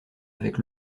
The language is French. avec